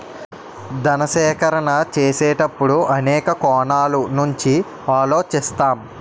ధన సేకరణ చేసేటప్పుడు అనేక కోణాల నుంచి ఆలోచిస్తాం